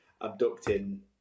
abducting